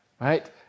right